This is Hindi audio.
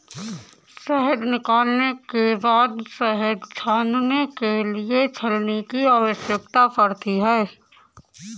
शहद निकालने के बाद शहद छानने के लिए छलनी की आवश्यकता होती है